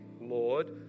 Lord